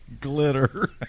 Glitter